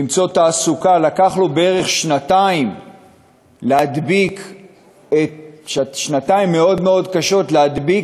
למצוא תעסוקה לקח לו בערך שנתיים מאוד מאוד קשות להדביק